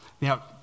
Now